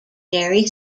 jerry